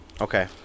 Okay